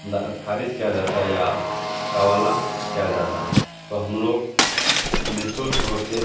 the ख़ारिज किया जाता है या कवाला किया जाता है तो हम लोग निःशुल्क होकर